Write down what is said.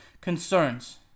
concerns